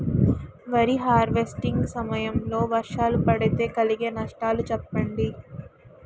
వరి హార్వెస్టింగ్ సమయం లో వర్షాలు పడితే కలిగే నష్టాలు చెప్పండి?